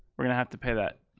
we're gonna have to pay that.